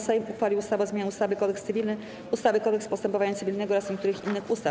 Sejm uchwalił ustawę o zmianie ustawy - Kodeks cywilny, ustawy - Kodeks postępowania cywilnego oraz niektórych innych ustaw.